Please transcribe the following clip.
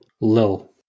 Lil